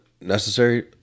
necessary